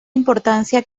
importancia